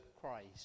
Christ